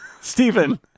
Stephen